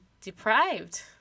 deprived